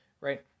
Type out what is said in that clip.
right